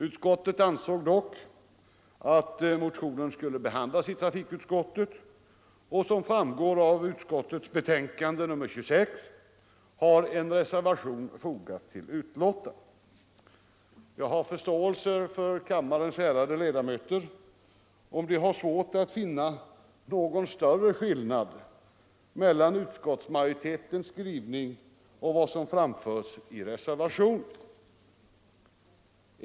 Utskottet ansåg dock att motionen skulle behandlas i trafikutskottet, och som framgår av trafikutskottets betänkande nr 26 har en reservation fogats till betänkandet. Jag har förståelse för om kammarens ledamöter har svårt att finna någon större skillnad mellan utskottsmajoritetens skrivning och vad som framförs i reservationen.